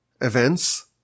events